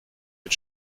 mit